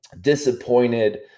disappointed